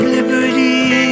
Liberty